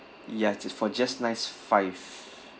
ya ju~ for just nice five